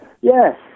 Yes